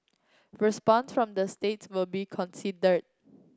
response from the states will be considered